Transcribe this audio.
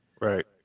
Right